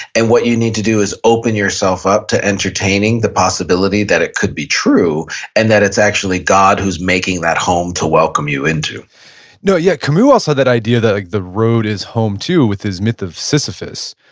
and what you need to do is open yourself up to entertaining the possibility that it could be true and that it's actually god who's making that home to welcome you into no. yeah. camus said so that idea that the road is home to with his myth of sisyphus,